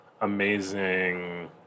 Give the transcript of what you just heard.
amazing